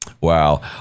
Wow